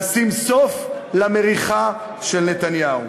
נשים סוף למריחה של נתניהו.